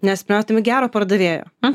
gero pardavėjo ane